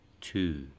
two